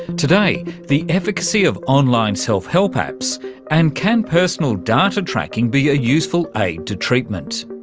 today, the efficacy of online self-help apps and can personal data tracking be a useful aid to treatment.